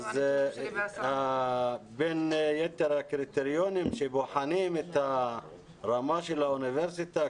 בין יתר הקריטריונים שבוחנים את הרמה של האוניברסיטה,